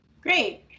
Great